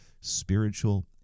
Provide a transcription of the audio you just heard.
spiritual